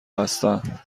هستم